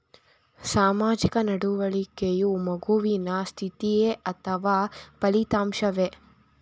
ಸಾಮಾಜಿಕ ನಡವಳಿಕೆಯು ಮಗುವಿನ ಸ್ಥಿತಿಯೇ ಅಥವಾ ಫಲಿತಾಂಶವೇ?